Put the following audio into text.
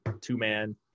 two-man